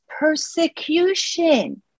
persecution